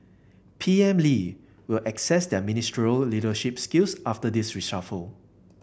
P M Lee will assess their ministerial leadership skills after this reshuffle